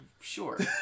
Sure